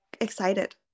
excited